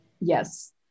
Yes